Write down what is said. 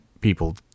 people